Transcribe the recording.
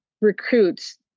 recruits